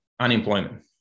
unemployment